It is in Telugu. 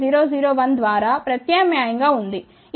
001 ద్వారా ప్రత్యామ్నాయం గా ఉంది